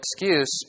excuse